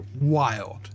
wild